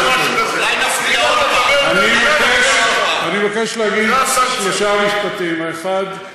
אני מבקש להגיד שלושה משפטים: האחד,